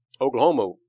Oklahoma